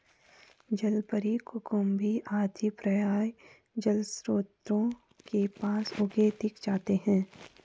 जलपरी, कुकुम्भी आदि प्रायः जलस्रोतों के पास उगे दिख जाते हैं